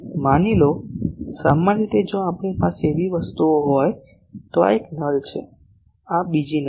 માની લો સામાન્ય રીતે જો આપણી પાસે આવી વસ્તુઓ હોય તો આ એક નલ છે આ બીજી નલ છે